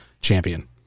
champion